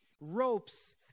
ropes